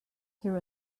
here